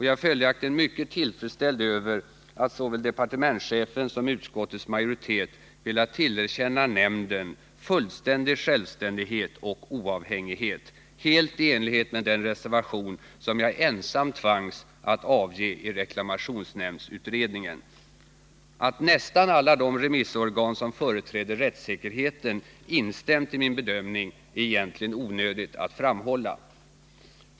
Jag är följaktligen mycket till freds med att såväl departements chefen som utskottets majoritet velat tillerkänna nämnden fullständig självständighet och oavhängighet, helt i enlighet med den reservation som jag ensam tvangs att avge i reklamationsnämndsutredningen. Att nästan alla remissorgan som företräder rättssäkerheten instämt i min bedömning är egentligen onödigt att framhålla.